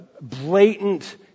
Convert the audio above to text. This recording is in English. blatant